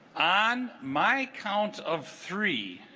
on my count of three